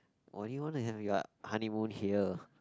or you want to have your honeymoon here